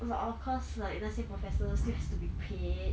but of course like 那些 professor still has to be paid